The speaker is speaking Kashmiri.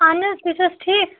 اہن حظ بہٕ چھٮَس ٹھیٖکھ